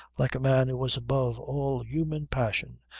like a man who was above all human passion,